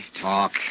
Talk